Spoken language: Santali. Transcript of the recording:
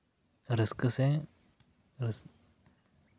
ᱨᱟᱹᱥᱠᱟᱹ ᱥᱮ ᱨᱟᱹᱥ